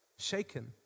Shaken